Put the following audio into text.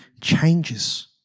changes